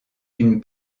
d’une